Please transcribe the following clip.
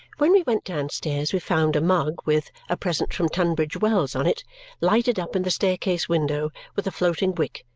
when we went downstairs we found a mug with a present from tunbridge wells on it lighted up in the staircase window with a floating wick,